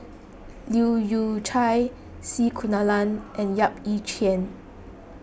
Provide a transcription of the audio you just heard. Leu Yew Chye C Kunalan and Yap Ee Chian